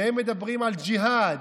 שהם מדברים על ג'יהאד,